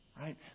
right